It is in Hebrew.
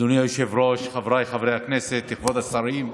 אדוני היושב-ראש, חבריי חברי הכנסת, כבוד השרים,